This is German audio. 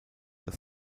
das